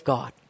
God